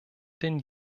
denn